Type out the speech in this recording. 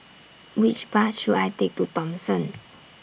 Which Bus should I Take to Thomson